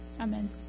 Amen